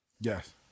Yes